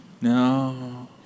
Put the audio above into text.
no